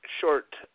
Short